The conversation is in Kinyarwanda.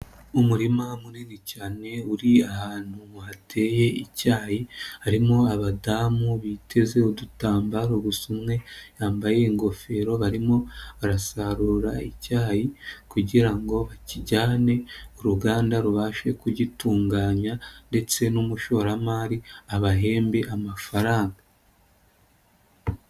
Umurima munini cyane uri ahantu ngo hateye icyayi harimo abadamu biteze udutambaro gusa umwe yambaye ingofero barimo barasarura icyayi kugirango bakijyane uruganda rubashe kugitunganya ndetse n'umushoramari abahembe amafaranga.